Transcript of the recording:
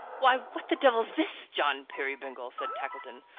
why, what the devil's this, john peerybingle? said tackleton.